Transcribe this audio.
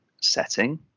setting